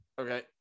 Okay